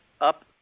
up